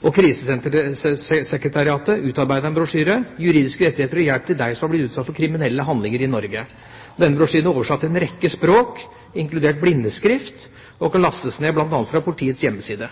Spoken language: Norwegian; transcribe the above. og Krisesentersekretariatet utarbeidet en brosjyre: «Juridiske rettigheter og hjelp til deg som er blitt utsatt for kriminelle handlinger i Norge». Denne brosjyren er oversatt til en rekke språk, inkludert blindeskrift, og kan lastes ned bl.a. fra politiets hjemmeside.